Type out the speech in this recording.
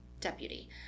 deputy